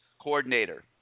coordinator